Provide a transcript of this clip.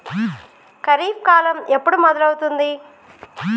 ఖరీఫ్ కాలం ఎప్పుడు మొదలవుతుంది?